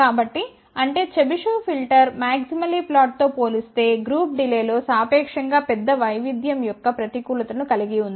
కాబట్టి అంటే Chebyshev filter maximally ఫ్లాట్తో పోలిస్తే గ్రూప్ డిలే లో సాపేక్షంగా పెద్ద వైవిధ్యం యొక్క ప్రతికూలతను కలిగి ఉంది